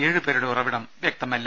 ഏഴു പേരുടെ ഉറവിടം വ്യക്തമല്ല